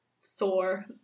sore